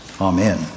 amen